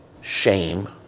shame